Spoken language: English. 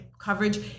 coverage